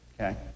okay